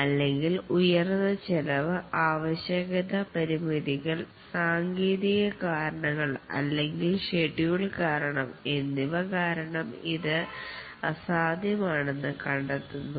അല്ലെങ്കിൽ ഉയർന്ന ചെലവ് ആവശ്യകത പരിമിതികൾ സാങ്കേതിക കാരണങ്ങൾ അല്ലെങ്കിൽ ഷെഡ്യൂൾ കാരണം എന്നിവ കാരണം ഇത് അസാധ്യമാണെന്ന് കണ്ടെത്തുന്നു